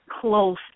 close